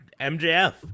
mjf